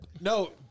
No